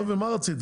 נו, ומה רצית?